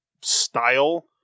style